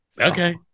Okay